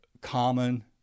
common